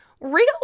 real